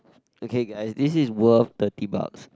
okay guys this is worth thirty bucks